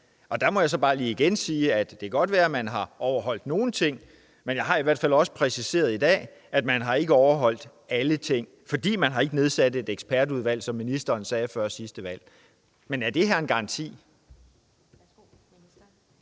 Og der må jeg så bare lige igen sige, at det godt kan være, at man har overholdt nogle ting, men jeg har i hvert fald også præciseret i dag, at man ikke har overholdt alle ting, for man har ikke nedsat et ekspertudvalg, som ministeren lovede før sidste valg. Men er det her en garanti?